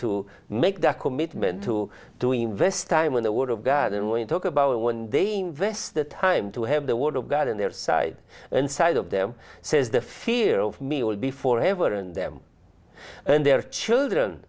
to make the commitment to doing invest time in the word of god and when you talk about it when they invest the time to have the word of god on their side and side of them says the fear of me will be for ever and them and their children